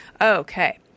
Okay